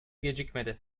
gecikmedi